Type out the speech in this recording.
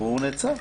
והוא נעצר.